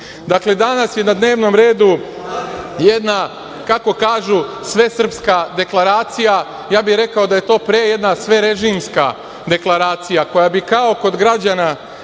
kasnije. Danas je na dnevnom redu jedna, kako kažu, Svesrpska deklaracija. Ja bih rekao da je to pre jedna sverežimska deklaracija, koja bi, kao, kod građana